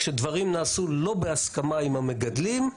כשדברים נעשו לא בהסכמה עם המגדלים,